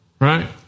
Right